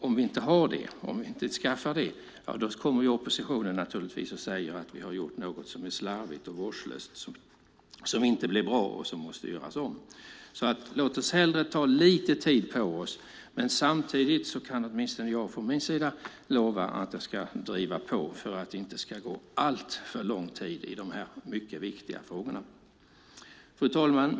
Om vi inte skaffar det kommer naturligtvis oppositionen och säger att vi har gjort något som är slarvigt och vårdslöst, som inte blev bra och som måste göras om. Låt oss hellre ta lite tid på oss. Men samtidigt kan åtminstone jag från min sida lova att jag ska driva på för att det inte ska gå alltför lång tid i dessa mycket viktiga frågor. Fru talman!